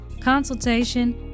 consultation